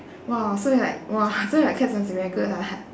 !wow! so like !wah! so your acads must be very good lah